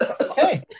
Okay